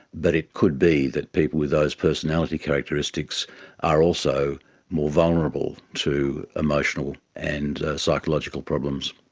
but it could be that people with those personality characteristics are also more vulnerable to emotional and psychological problems.